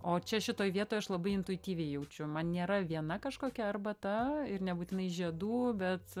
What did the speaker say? o čia šitoj vietoj aš labai intuityviai jaučiu man nėra viena kažkokia arbata ir nebūtinai žiedų bet